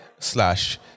slash